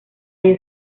ello